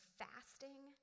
fasting